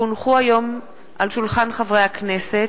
כי הונחו היום על שולחן הכנסת,